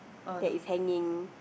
that is hanging